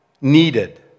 needed